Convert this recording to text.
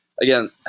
Again